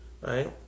right